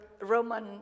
Roman